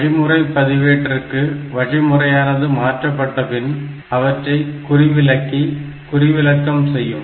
வழிமுறை பதிவேட்டிற்கு வழிமுறையானது மாற்றப்பட்ட பின் அவற்றை குறிவிலக்கி குறிவிலக்கம் செய்யும்